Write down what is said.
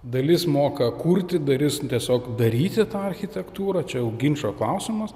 dalis moka kurti dalis tiesiog daryti tą architektūrą čia jau ginčo klausimas